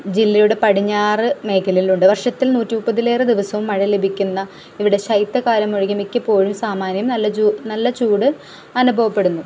ജില്ലയുടെ പടിഞ്ഞാറ് മേഖലയിലുണ്ട് വർഷത്തിൽ നൂറ്റിമുപ്പതിലേറെ ദിവസം മഴ ലഭിക്കുന്ന ഇവിടെ ശൈത്യകാലം ഒഴികെ മിക്കപ്പോഴും സാമാന്യം നല്ല നല്ല ചൂട് അനുഭവപ്പെടുന്നു